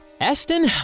Esten